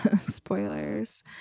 Spoilers